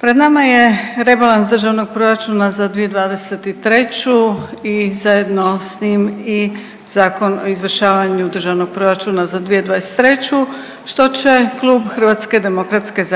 pred nama je rebalans Državnog proračuna za 2023. i zajedno s njim i Zakon o izvršavanju Državnog proračuna za 2023. što će Klub HDZ